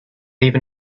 even